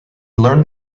learned